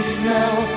smell